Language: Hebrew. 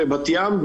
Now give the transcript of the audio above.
בבת ים,